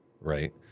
right